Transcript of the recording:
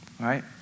right